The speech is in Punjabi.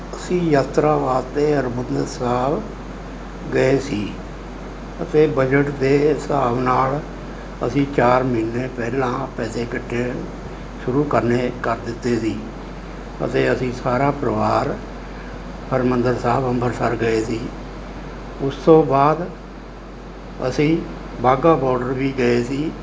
ਅਸੀਂ ਯਾਤਰਾ ਵਾਸਤੇ ਹਰਿਮੰਦਰ ਸਾਹਿਬ ਗਏ ਸੀ ਅਤੇ ਬਜਟ ਦੇ ਹਿਸਾਬ ਨਾਲ ਅਸੀਂ ਚਾਰ ਮਹੀਨੇ ਪਹਿਲਾਂ ਪੈਸੇ ਇਕੱਠੇ ਸ਼ੁਰੂ ਕਰਨੇ ਕਰ ਦਿੱਤੇ ਸੀ ਅਤੇ ਅਸੀਂ ਸਾਰਾ ਪਰਿਵਾਰ ਹਰਿਮੰਦਰ ਸਾਹਿਬ ਅੰਬਰਸਰ ਗਏ ਸੀ ਉਸ ਤੋਂ ਬਾਅਦ ਅਸੀਂ ਵਾਘਾ ਬੋਡਰ ਵੀ ਗਏ ਸੀ